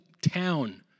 town